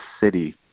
city